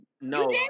No